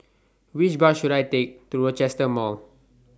Which Bus should I Take to Rochester Mall